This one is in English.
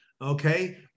Okay